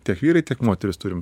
tiek vyrai tiek moterys turim